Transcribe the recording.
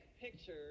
picture